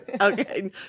Okay